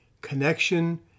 connection